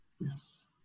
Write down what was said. Yes